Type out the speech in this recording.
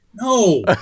no